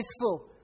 faithful